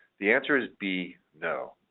the answer is b. no.